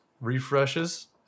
refreshes